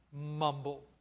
mumble